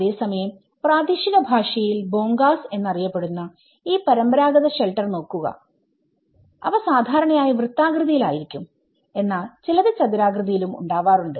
അതേസമയം പ്രാദേശിക ഭാഷയിൽ ഭോങ്കാസ് എന്ന് അറിയപ്പെടുന്ന ഈ പരമ്പരാഗത ഷെൽട്ടർ നോക്കുക അവ സാദാരണയായി വൃത്തകൃതിയിൽ ആയിരിക്കും എന്നാൽ ചിലത് ചതുരാകൃതിയിലും ഉണ്ടാവാറുണ്ട്